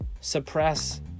suppress